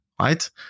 right